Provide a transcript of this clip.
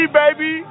baby